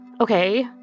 okay